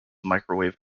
microwave